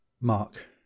mark